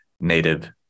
native